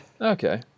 Okay